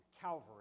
Calvary